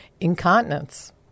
incontinence